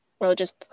religious